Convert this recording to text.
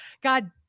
god